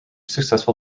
successful